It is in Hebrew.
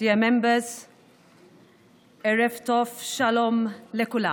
להלן תרגומם הסימולטני: